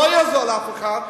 לא יעזור לאף אחד,